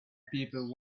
people